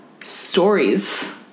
stories